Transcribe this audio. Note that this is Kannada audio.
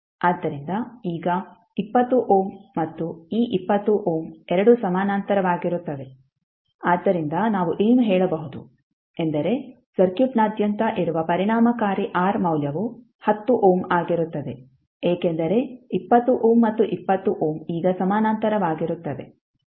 ಆದ್ದರಿಂದ ಈಗ 20 ಓಮ್ ಮತ್ತು ಈ 20 ಓಮ್ ಎರಡೂ ಸಮಾನಾಂತರವಾಗಿರುತ್ತವೆ ಆದ್ದರಿಂದ ನಾವು ಏನು ಹೇಳಬಹುದು ಎಂದರೆ ಸರ್ಕ್ಯೂಟ್ನಾದ್ಯಂತ ಇರುವ ಪರಿಣಾಮಕಾರಿ R ಮೌಲ್ಯವು 10 ಓಮ್ ಆಗಿರುತ್ತದೆ ಏಕೆಂದರೆ 20 ಓಮ್ ಮತ್ತು 20 ಓಮ್ ಈಗ ಸಮಾನಾಂತರವಾಗಿರುತ್ತವೆ